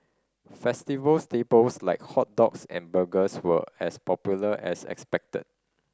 festival staples like hot dogs and burgers were as popular as expected